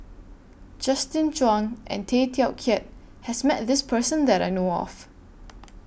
Justin Zhuang and Tay Teow Kiat has Met This Person that I know of